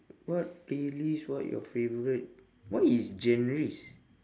what playlist what your favourite what is genres